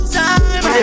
time